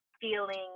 feeling